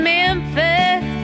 Memphis